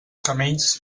camells